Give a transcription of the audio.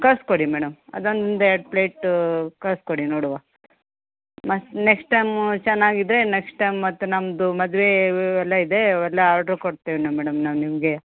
ಕಳಿಸ್ಕೊಡಿ ಮೇಡಮ್ ಅದೊಂದು ಎರಡು ಪ್ಲೇಟು ಕಳಿಸ್ಕೊಡಿ ನೋಡುವ ಮತ್ತೆ ನೆಕ್ಸ್ಟ್ ಟೈಮು ಚೆನ್ನಾಗಿದ್ರೆ ನೆಕ್ಸ್ಟ್ ಟೈಮ್ ಮತ್ತೆ ನಮ್ದು ಮದುವೆ ಇವು ಇವೆಲ್ಲ ಇದೆ ಇವೆಲ್ಲ ಆರ್ಡ್ರು ಕೊಡ್ತೇವೆ ಮೇಡಮ್ ನಾವು ನಿಮ್ಗೇ